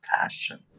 passion